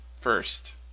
first